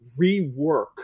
rework